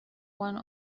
one